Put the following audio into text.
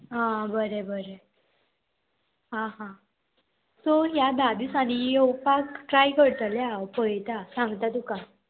आं बरें बरें आं हा सो ह्या धा दिसांनी येवपाक ट्राय करतलें हांव पयता सांगता तुका